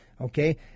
Okay